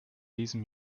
diesem